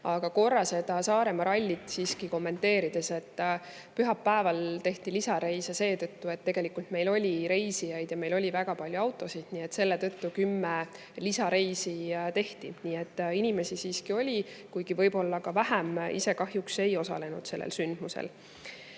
korra seda Saaremaa rallit siiski kommenteerides: pühapäeval tehti lisareise seetõttu, et tegelikult meil oli reisijaid ja meil oli väga palju autosid, nii et selle tõttu kümme lisareisi tehti. Nii et inimesi siiski oli, kuigi võib-olla vähem. Ise kahjuks ei osalenud sellel sündmusel. Tõesti,